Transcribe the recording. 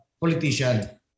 politician